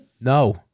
No